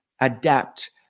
adapt